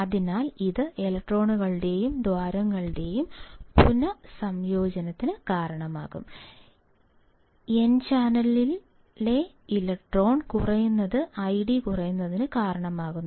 അതിനാൽ ഇത് ഇലക്ട്രോണുകളുടെയും ദ്വാരങ്ങളുടെയും പുനസംയോജനത്തിന് കാരണമാകും എൻ ചാനലിലെ ഇലക്ട്രോൺ കുറയുന്നത് ഐഡി കുറയുന്നതിന് കാരണമാകുന്നു